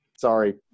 sorry